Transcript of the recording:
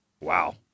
Wow